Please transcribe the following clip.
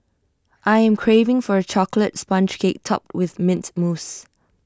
I am craving for A Chocolate Sponge Cake Topped with Mint Mousse